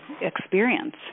experience